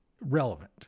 relevant